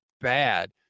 bad